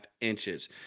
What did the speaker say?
inches